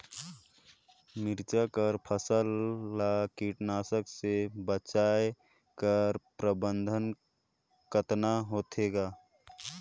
मिरचा कर फसल ला कीटाणु से बचाय कर प्रबंधन कतना होथे ग?